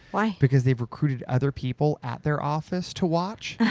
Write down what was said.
why? because they've recruited other people at their office to watch.